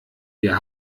wir